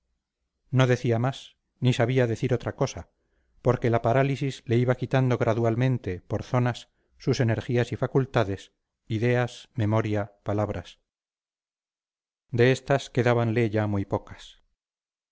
no decía más ni sabía decir otra cosa porque la parálisis le iba quitando gradualmente por zonas sus energías y facultades ideas memoria palabras de estas quedábanle ya muy pocas